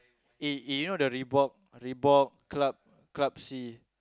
eh eh you know the Reebok Reebok Club Club C